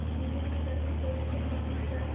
বিভিন্ন জাতি গোষ্ঠীর মানুষরা